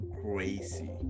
crazy